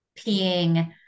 peeing